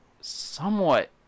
somewhat